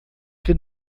que